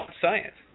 science